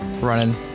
running